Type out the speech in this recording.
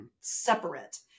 separate